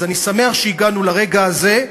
אז אני שמח שהגענו לרגע הזה.